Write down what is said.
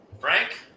Frank